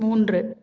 மூன்று